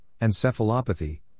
encephalopathy